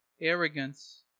arrogance